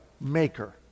maker